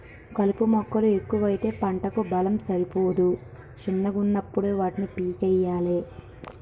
కలుపు మొక్కలు ఎక్కువైతే పంటకు బలం సరిపోదు శిన్నగున్నపుడే వాటిని పీకేయ్యలే